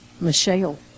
Michelle